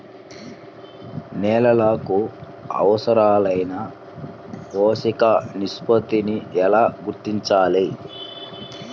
నేలలకు అవసరాలైన పోషక నిష్పత్తిని ఎలా గుర్తించాలి?